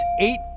eight